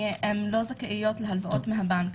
כי הן לא זכאיות להלוואות מהבנק.